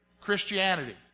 Christianity